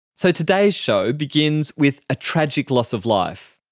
so today's show begins with a tragic loss of life.